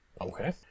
Okay